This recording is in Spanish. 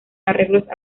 arreglos